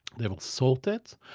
they salt it,